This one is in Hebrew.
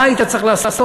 מה היית צריך לעשות?